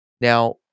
Now